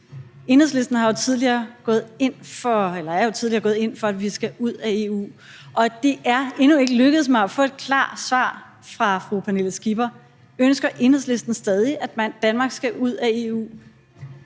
Enhedslisten har tidligere gået ind for, at vi skal ud af EU. Og det er endnu ikke lykkedes mig at få et klart svar fra fru Pernille Skipper. Ønsker Enhedslisten stadig, at Danmark skal ud af EU?